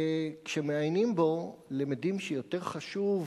וכשמעיינים בו למדים שיותר חשוב